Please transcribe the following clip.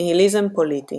ניהיליזם פוליטי